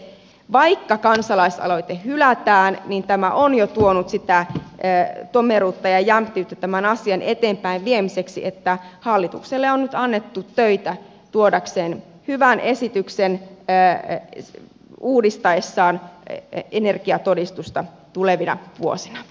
vaikka kansalaisaloite hylätään niin tämä on jo tuonut sitä tomeruutta ja jämptiyttä tämän asian eteenpäinviemiseksi että hallitukselle on nyt annettu töitä jotta se toisi hyvän esityksen uudistaessaan energiatodistusta tulevina vuosina